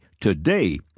Today